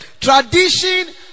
Tradition